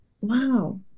wow